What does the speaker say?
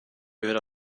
gehört